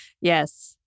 yes